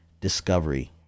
discovery